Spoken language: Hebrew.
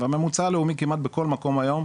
והממוצע הלאומי כמעט בכל מקום היום,